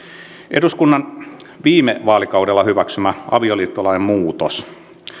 eduskunnan viime vaalikaudella hyväksymä avioliittolain muutos